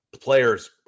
players